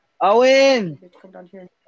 Owen